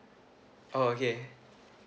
oh okay